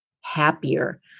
happier